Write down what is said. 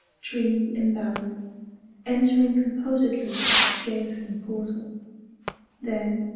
tree-embowered, entering composedly its gaping portal then,